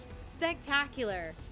spectacular